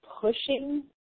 pushing